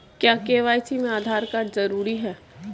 क्या के.वाई.सी में आधार कार्ड जरूरी है?